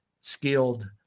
skilled